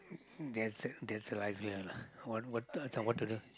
that's that's rival lah want water so what to do